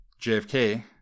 JFK